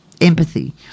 empathy